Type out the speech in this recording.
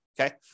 okay